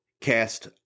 Cast